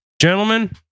gentlemen